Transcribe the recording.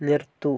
നിർത്തൂ